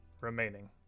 remaining